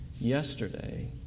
yesterday